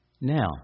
Now